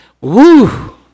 Woo